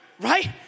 Right